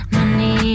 Money